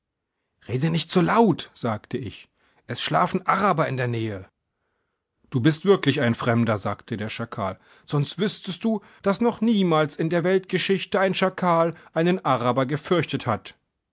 rede nicht so laut sagte ich es schlafen araber in der nähe du bist wirklich ein fremder sagte der schakal sonst wüßtest du daß noch niemals in der weltgeschichte ein schakal einen araber gefürchtet hat